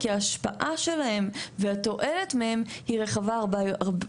כי ההשפעה שלהם והתועלת מהם היא רחבה הרבה,